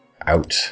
out